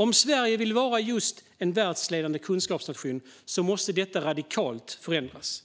Om Sverige vill vara just en världsledande kunskapsnation måste detta radikalt förändras.